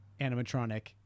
animatronic